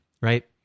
right